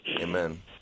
amen